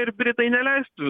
ir britai neleistų